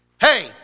Hey